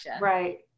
Right